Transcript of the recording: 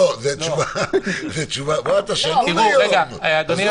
אתה שנון היום, אזולאי.